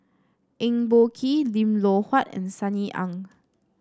Eng Boh Kee Lim Loh Huat and Sunny Ang